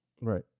Right